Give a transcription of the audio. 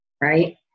right